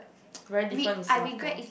very different in Singapore